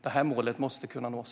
Det här målet måste kunna nås.